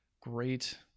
great